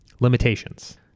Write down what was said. Limitations